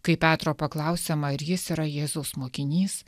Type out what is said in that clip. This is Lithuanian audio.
kai petro paklausiama ar jis yra jėzaus mokinys